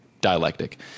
dialectic